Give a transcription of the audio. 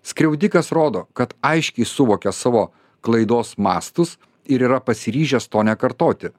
skriaudikas rodo kad aiškiai suvokia savo klaidos mastus ir yra pasiryžęs to nekartoti